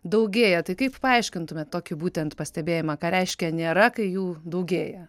daugėja tai kaip paaiškintumėt tokį būtent pastebėjimą ką reiškia nėra kai jų daugėja